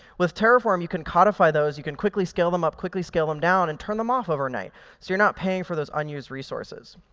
with terraform you can codify those. you can quickly scale them up, quickly scale them down, and turn them off overnight. so you're not paying for those unused resources.